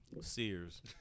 Sears